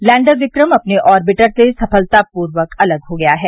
lander Vikram अपने orbiter से सफलतापूर्वक अलग हो गया है